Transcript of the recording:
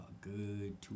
good